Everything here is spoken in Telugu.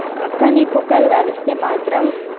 కానీ కుక్కలు కరిస్తే మాత్రం